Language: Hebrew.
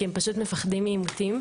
כי הם פשוט מפחדים מעימותים.